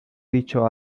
dicho